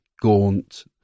gaunt